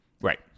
Right